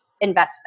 investment